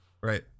Right